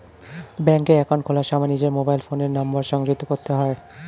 ব্যাঙ্কে অ্যাকাউন্ট খোলার সময় নিজের মোবাইল ফোনের নাম্বার সংযুক্ত করতে হয়